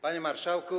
Panie Marszałku!